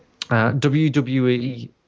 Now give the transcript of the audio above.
wwe